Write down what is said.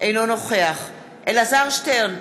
אינו נוכח אלעזר שטרן,